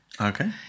Okay